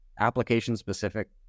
application-specific